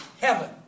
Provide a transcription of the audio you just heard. heaven